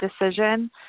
decision